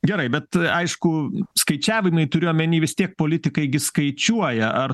gerai bet aišku skaičiavimai turiu omeny vis tiek politikai gi skaičiuoja ar